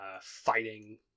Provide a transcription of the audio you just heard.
fighting